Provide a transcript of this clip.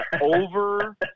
over